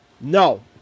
No